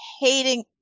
hating